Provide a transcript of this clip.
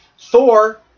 Thor